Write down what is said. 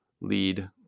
lead